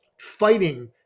fighting